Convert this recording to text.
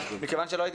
מכיוון שלא הייתי,